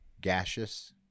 gaseous